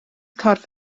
corff